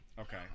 Okay